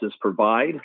provide